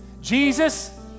Jesus